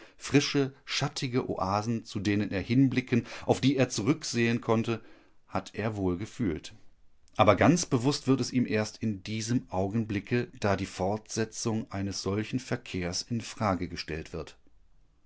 frische schattige oasen zu denen er hinblicken auf die er zurücksehen konnte hat er wohl gefühlt aber ganz bewußt wird es ihm erst in diesem augenblicke da die fortsetzung eines solchen verkehrs in frage gestellt wird